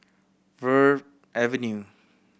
Verde Avenue